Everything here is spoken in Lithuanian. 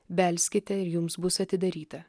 belskite ir jums bus atidaryta